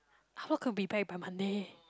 Howard could be back by Monday